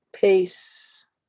peace